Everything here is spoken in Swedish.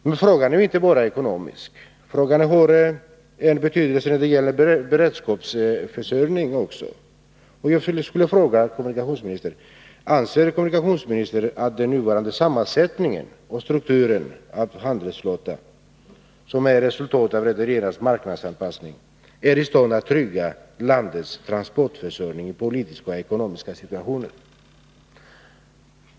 Men frågan är inte bara ekonomisk. Frågan har betydelse även när det gäller beredskapsförsörjningen. Jag skulle vilja fråga kommunikationsministern: Anser kommunikationsministern att den nuvarande sammansättningen och strukturen av handelsflottan, som är ett resultat av rederiernas marknadsanpassning, är i stånd att trygga landets transportförsörjning i politiska och ekonomiska situationer?